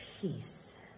peace